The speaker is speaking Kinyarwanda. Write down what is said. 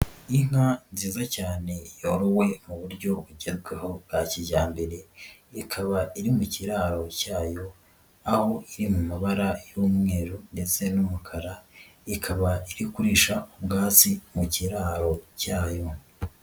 Inka nziza cyane yorowe mu buryo bugerwaho bwa kijyambere, ikaba iri mu kiraro cyayo aho iri mu mabara y'umweru ndetse n'umukara, ikaba iri kurisha ubwatsi mu kiraro cyayo.